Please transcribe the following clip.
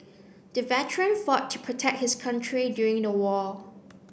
the veteran fought to protect his country during the war